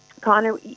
Connor